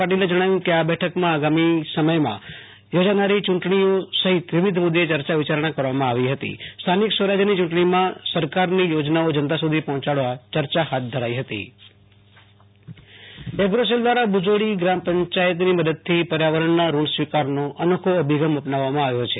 પાટીલે જણાવ્યું કે આ બેઠકમાં આગામી સમયમાં યોજાનાર યૂં ટણીઓ સહિત વિવિધ મુદ્દે ચર્ચા વિચારણા કરવામાં આવી હતી સ્થાનિક સ્વરાજની ચુંટણીમાં સરકારની યોજનાઓ જનતા સુધી પહોચાડવા ચર્ચા હાથ ધરાઇ હતી આશુ તોષ અંતાણી કચ્છ ભુજોડી પર્યાવરણબાઈટ ધર્મેશ અંતાણી એગ્રોસેલ દ્વારા ભુજોડી ગ્રામપં ચાયતની મદદથી પર્યાવરણનું ઋણ સ્વીકારનો અનોખો અભિગમ અપનાવવામાં આવ્યો છે